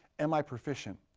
am i proficient?